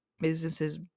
Businesses